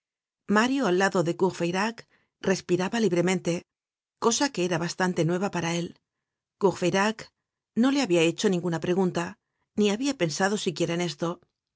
mario al lado de courfeyrac respiraba libremente cosa que era bastante nueva para él courfeyrac no le habia hecho ninguna pregunta ni habia pensado siquiera en esto